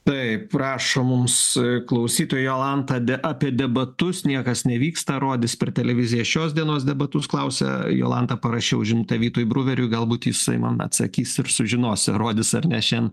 taip rašo mums klausytoja jolanta de apie debatus niekas nevyksta rodys per televiziją šios dienos debatus klausia jolanta parašiau žinutę vytui bruveriui galbūt jisai man atsakys ir sužinos ar rodys ar ne šian